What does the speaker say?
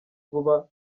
vuba